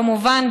כמובן,